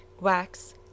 Wax